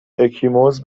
اکیموز